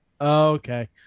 Okay